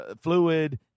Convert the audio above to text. Fluid